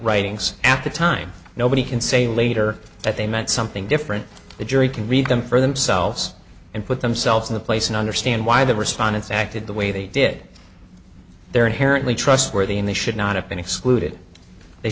writings at the time nobody can say later that they meant something different the jury can read them for themselves and put themselves in the place and understand why the respondents acted the way they did they are inherently trustworthy and they should not have been excluded they